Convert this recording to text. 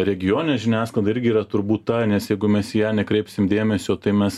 regionė žiniasklaida irgi yra turbūt ta nes jeigu mes į ją nekreipsim dėmesio tai mes